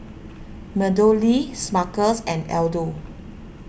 MeadowLea Smuckers and Aldo